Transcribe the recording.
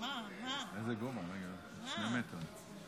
נעבור לנושא הבא: הצעת חוק מגבלות על חזרתו של